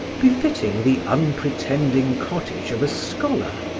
befitting the unpretending cottage of a scholar.